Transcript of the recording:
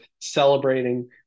celebrating